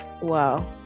wow